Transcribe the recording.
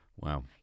Wow